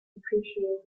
appreciated